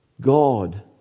God